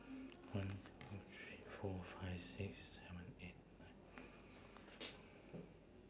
one two three four five six seven eight nine